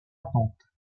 attentes